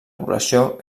població